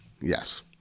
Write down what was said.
Yes